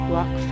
Walk